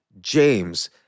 James